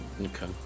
Okay